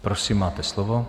Prosím, máte slovo.